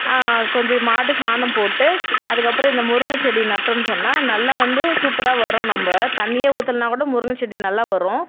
கொஞ்சம் மாட்டு சாணம் போட்டு அதுக்கப்புறம் இந்த முருங்கைச் செடி நட்டோம்ன்னு சொன்னால் நல்லா வந்து சூப்பராக வரும் நம்ம தண்ணியே ஊற்றலன்னா கூட முருங்கைச் செடி நல்லா வரும்